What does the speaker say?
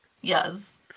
Yes